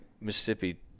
Mississippi